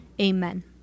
Amen